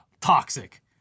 toxic